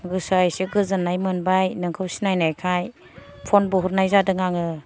गोसोआ एसे गोजोननाय मोनबाय नोंखौ सिनायनायखाय फन बुहरनाय जादों आङो